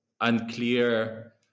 unclear